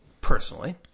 personally